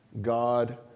God